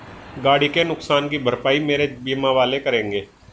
गाड़ी के नुकसान की भरपाई मेरे बीमा वाले करेंगे